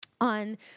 on